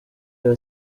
you